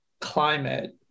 climate